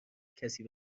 کسی